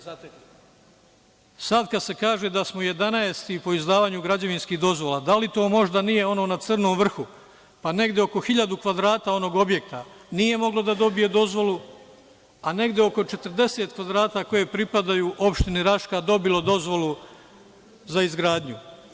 Sad kad se kaže da smo 11 po izdavanju građevinskih dozvola, da li to možda nije ono na crnom vrhu, pa negde oko 1.000 kvadrata onog objekta nije moglo da dobije dozvolu, a negde oko 40 kvadrata koji pripadaju opštini Raška dobilo dozvolu za izgradnj?